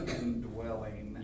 indwelling